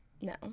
No